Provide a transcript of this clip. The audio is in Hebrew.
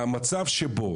המצב שבו